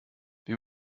wie